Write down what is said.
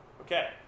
okay